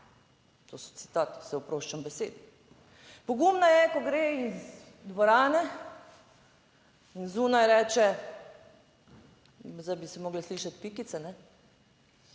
To so citati, se oproščam besedi. Pogumna je, ko gre iz dvorane in zunaj reče, zdaj bi se morali slišati pikice,